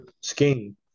scheme